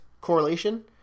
correlation